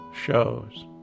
shows